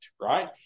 right